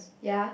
ya